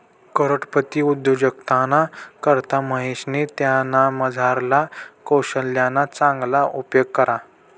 करोडपती उद्योजकताना करता महेशनी त्यानामझारला कोशल्यना चांगला उपेग करा